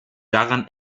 daran